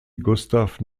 gustaf